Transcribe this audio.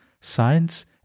science